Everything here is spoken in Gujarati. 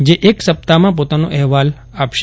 જે એક સપ્તાહમાં પોતાનો અહેવાલ આપશે